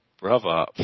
brother